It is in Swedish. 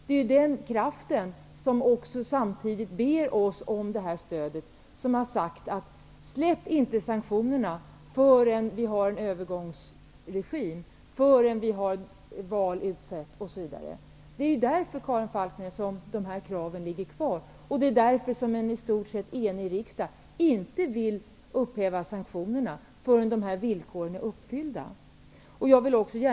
Det är den kraften som ber oss om det här stödet och som har sagt: Släpp inte sanktionerna förrän vi har en övergångsregim, val utsatts osv.! Det är mot den bakgrunden, Karin Falkmer, som kraven finns kvar. Det är också därför som en i stort sett enig riksdag inte vill upphäva sanktionerna förrän villkoren i fråga är uppfyllda.